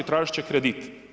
Tražiti će kredit.